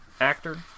actor